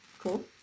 Cool